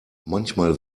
manchmal